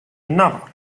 another